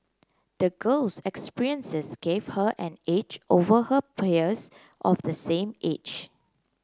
the girl's experiences gave her an edge over her peers of the same age